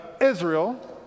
Israel